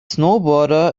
snowboarder